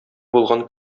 булган